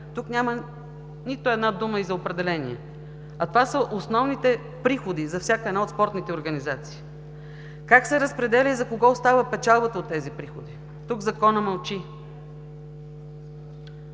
Тук няма нито една дума и за определение, а това са основните приходи за всяка от спортните организации, как се разпределя и за кого остава печалбата от тези приходи? Тук Законът мълчи.